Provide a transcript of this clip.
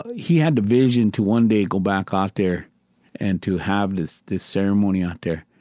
he had the vision to one day go back ah out there and to have this this ceremony out there.